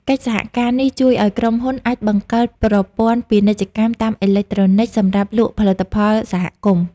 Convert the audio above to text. កិច្ចសហការនេះជួយឱ្យក្រុមហ៊ុនអាចបង្កើតប្រព័ន្ធពាណិជ្ជកម្មតាមអេឡិចត្រូនិក សម្រាប់លក់ផលិតផលសហគមន៍។